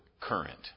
current